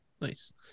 nice